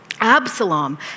Absalom